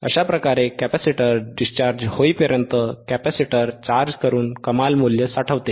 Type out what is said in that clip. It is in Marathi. अशा प्रकारे कॅपेसिटर डिस्चार्ज होईपर्यंत कॅपेसिटर चार्ज करून कमाल मूल्य साठवते